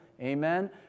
Amen